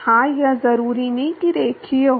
हाँ यह जरूरी नहीं कि रैखिक हो